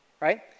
Right